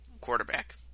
quarterback